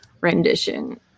rendition